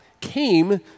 came